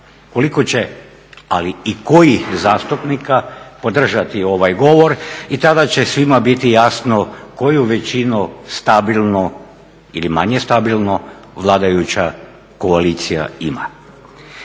koliko će ali i kojih zastupnika podržati ovaj govor i tada će svima biti jasno koju većinu stabilno ili manje stabilno vladajuća koalicija ima.